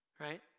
right